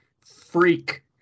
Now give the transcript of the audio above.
freak